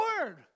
Word